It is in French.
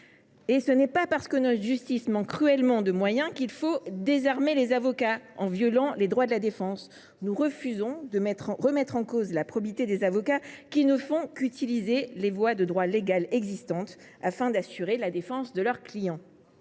ce n’est pas parce que notre justice manque cruellement de moyens qu’il faut désarmer les avocats en violant les droits de la défense. Nous refusons de remettre en cause la probité des avocats qui ne font qu’utiliser les voies de droit légales existantes, afin d’assurer la défense de leurs clients.